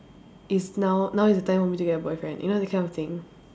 it's now now is the time for me to get a boyfriend you know that kind of thing